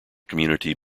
community